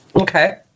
Okay